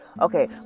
okay